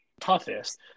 toughest